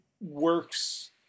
works